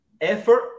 effort